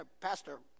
Pastor